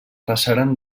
passaren